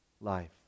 life